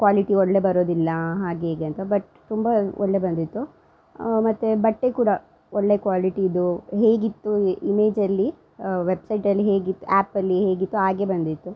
quality ಒಳ್ಳೆ ಬರೋದಿಲ್ಲ ಹಾಗೆ ಹೀಗೆ ಅಂತ ಬಟ್ ತುಂಬ ಒಳ್ಳೆ ಬಂದಿತ್ತು ಮತ್ತು ಬಟ್ಟೆ ಕೂಡ ಒಳ್ಳೆ ಕ್ವಾಲಿಟಿದು ಹೇಗಿತ್ತು ಇಮೇಜಲ್ಲಿ ವೆಬ್ಸೈಟಲ್ಲಿ ಹೇಗಿತ್ತು ಆ್ಯಪಲ್ಲಿ ಹೇಗಿತ್ತು ಹಾಗೆ ಬಂದಿತ್ತು